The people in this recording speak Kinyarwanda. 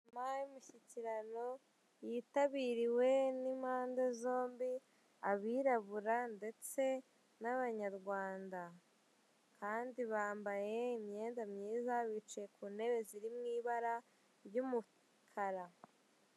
Nyuma y'imishyikirano, yitabiriwe n'impande zombi abirabura, ndetse n'abanyarwanda. Kandi bambaye imyenda myiza, bicaye ku ntebe ziri mu ibara ry'umukara.